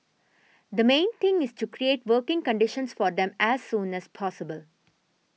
the main thing is to create working conditions for them as soon as possible